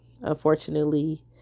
Unfortunately